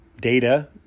data